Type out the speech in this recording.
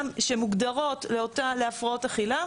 שמוגדרות להפרעות אכילה?